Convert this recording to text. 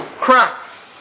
cracks